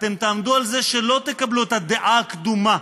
אתם תעמדו על זה שלא תקבלו את הדעה הקדומה,